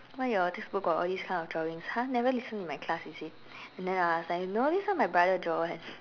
why your textbook got all these kind of drawings !huh! never listen to my class is it and then I was like no this one my brother draw [one]